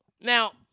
Now